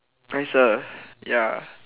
nicer ya